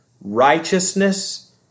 righteousness